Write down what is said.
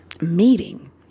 meeting